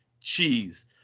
cheese